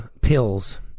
pills